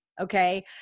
okay